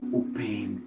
open